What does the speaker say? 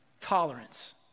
tolerance